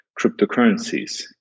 cryptocurrencies